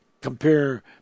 compare